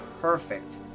perfect